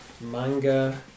manga